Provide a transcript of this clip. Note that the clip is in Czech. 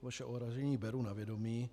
Vaše ohrazení beru na vědomí.